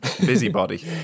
busybody